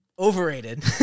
Overrated